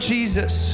Jesus